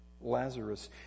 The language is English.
Lazarus